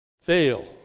fail